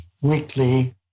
weekly